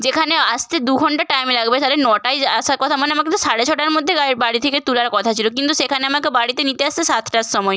যেখানে আসতে দু ঘণ্টা টাইম লাগবে তাহলে নটায় আসার কথা মানে আমাকে তো সাড়ে ছটার মধ্যে গাড়ি বাড়ি থেকে তোলার কথা ছিল কিন্তু সেখানে আমাকে বাড়িতে নিতে আসছে সাতটার সময়